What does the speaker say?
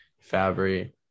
Fabry